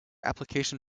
application